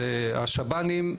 השב"נים,